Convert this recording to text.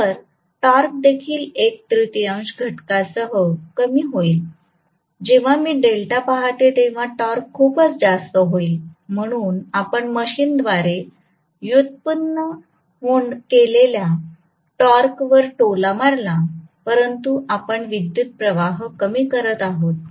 तर टॉर्क देखील एक तृतीयांश घटकासह कमी होईल जेव्हा मी डेल्टा पाहते तेव्हा टॉर्क खूपच जास्त होईल म्हणून आपण मशीनद्वारे व्युत्पन्न केलेल्या टॉर्कवर टोला मारला परंतु आपण विद्युत् प्रवाह कमी करत आहोत